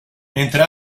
mentre